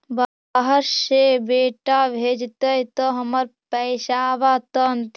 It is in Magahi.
बाहर से बेटा भेजतय त हमर पैसाबा त अंतिम?